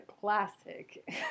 classic